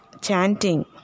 chanting